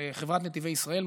לחברת נתיבי ישראל,